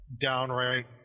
downright